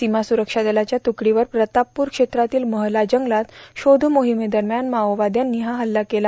सीमा सुरक्षा दलाच्या त्रकडीवर प्रतापपूर क्षेत्रातील महला जंगलात शोध मोहिमेदरम्यान माओवाद्यांनी हा हल्ला केला